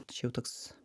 čia jau toks